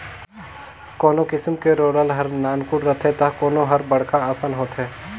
कोनो किसम के रोलर हर नानकुन रथे त कोनो हर बड़खा असन होथे